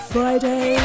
Friday